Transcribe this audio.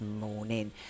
morning